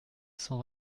cent